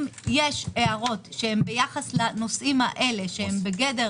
אם יש הערות ביחס לנושאים האלה שהן בגדר